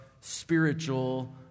spiritual